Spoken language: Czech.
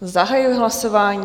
Zahajuji hlasování.